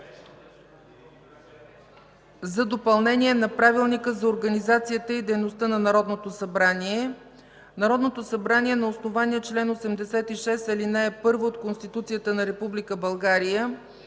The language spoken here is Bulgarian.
за допълнение на Правилника за организацията и дейността на Народното събрание Народното събрание на основание чл. 86, ал. 1 от Конституцията на Република